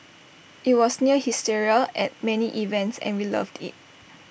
IT was near hysteria at many events and we loved IT